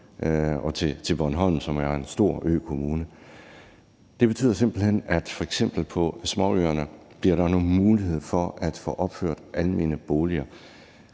og til Bornholm, som er en stor økommune, og det betyder simpelt hen, at der f.eks. på småøerne nu bliver mulighed for at få opført almene boliger.